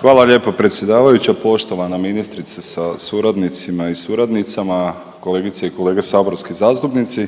Hvala lijepa predsjedavajuća. Poštovana ministrice sa suradnicima i suradnicama, kolegice i kolege saborski zastupnici